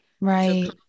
Right